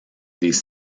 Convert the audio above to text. these